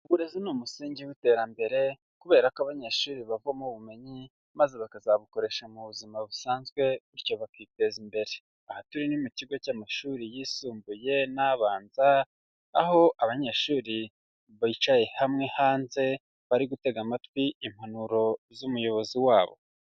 Uburezi ni umusingi w'iterambere, kubera ko abanyeshuri bavamo ubumenyi, maze bakazabukoresha mu buzima busanzwe, bityo bakiteza imbere. Aha turi mu kigo cy'amashuri yisumbuye n' abanza, aho abanyeshuri bicaye hamwe hanze, bari gutega amatwi impanuro z'umuyobozi wabo.